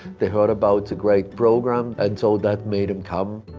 they heard about the great program, and so that made them come.